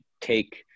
take